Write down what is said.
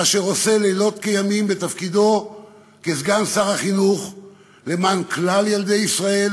ואשר עושה לילות כימים בתפקידו כסגן שר החינוך למען כלל ילדי ישראל